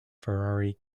ferrari